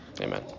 amen